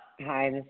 Hi